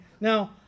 Now